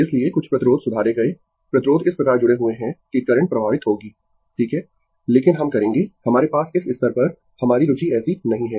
इसलिए कुछ प्रतिरोध सुधारे गये प्रतिरोध इस प्रकार जुडें हुए है कि करंट प्रवाहित होगी ठीक है लेकिन हम करेंगें हमारे पास इस स्तर पर हमारी रुचि ऐसी नहीं है